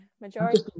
majority